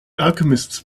alchemists